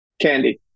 Candy